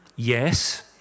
Yes